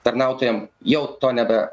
tarnautojam jau to nebe